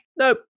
Nope